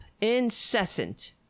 Incessant